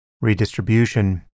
redistribution